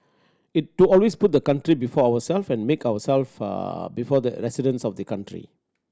it to always put the country before ourselves and never put ourselves before the residents of the country